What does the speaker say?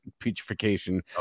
petrification